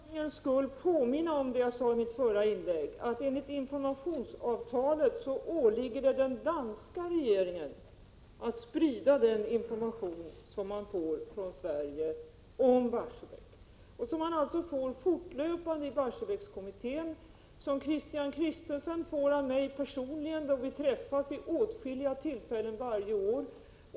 Herr talman! Får jag bara för ordningens skull påminna om det jag sade i mitt förra inlägg. Enligt informationsavtalet åligger det den danska regeringen att sprida den information som man får från Sverige om Barsebäck. Man får alltså denna information fortlöpande i Barsebäckskommittén. Christian Christensen får den av mig personligen då vi träffas vid åtskilliga tillfällen varje år.